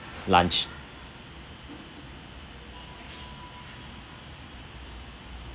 lunch